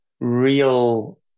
real